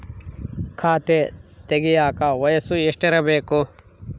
ಖಾತೆ ತೆಗೆಯಕ ವಯಸ್ಸು ಎಷ್ಟಿರಬೇಕು?